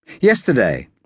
Yesterday